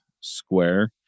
square